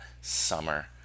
Summer